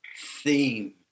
theme